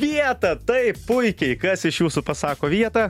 vietą taip puikiai kas iš jūsų pasako vietą